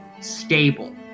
stable